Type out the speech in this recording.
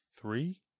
Three